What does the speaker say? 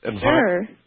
Sure